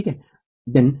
ठीक हैं